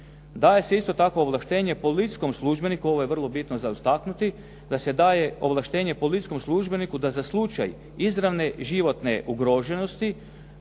Daje se isto tako ovlaštenje policijskom službeniku, ovo je vrlo bitno za istaknuti, da se daje ovlaštenje policijskom službeniku da za slučaj izravne životne ugroženosti,